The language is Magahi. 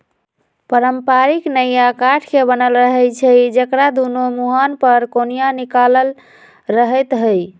पारंपरिक नइया काठ के बनल रहै छइ जेकरा दुनो मूहान पर कोनिया निकालल रहैत हइ